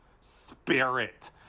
spirit